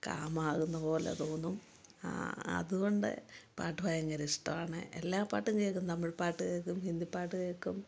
കാമാകുന്നതു പോലെ തോന്നും അതുകൊണ്ട് പാട്ട് ഭയങ്കര ഇഷ്ടമാണ് എല്ലാ പാട്ടും കേള്ക്കും തമിഴ് പാട്ട് കേള്ക്കും ഹിന്ദി പാട്ട് കേള്ക്കും